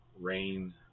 rain